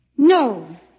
No